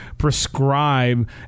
Prescribe